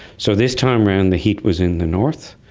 so this time round the heat was in the north.